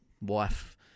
wife